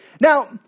Now